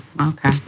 okay